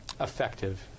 effective